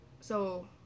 So-